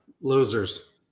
losers